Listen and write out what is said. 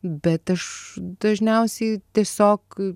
bet aš dažniausiai tiesiog